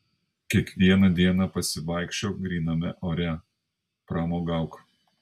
kiekvieną dieną pasivaikščiok gryname ore pramogauk